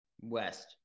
west